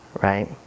Right